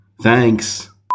Thanks